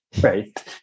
Right